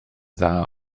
dda